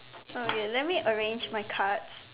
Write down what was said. okay let me arrange my cards